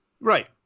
Right